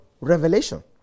revelation